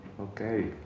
Okay